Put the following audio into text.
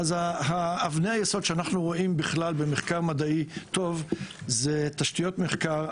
אבני היסוד שאנחנו רואים בכלל במחקר מדעי טוב זה תשתיות מחקר,